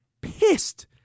pissed